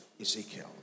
Ezekiel